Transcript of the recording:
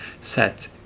set